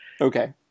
okay